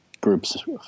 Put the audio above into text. groups